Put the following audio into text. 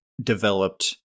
developed